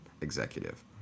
executive